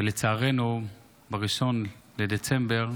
ולצערנו, ב-1 בדצמבר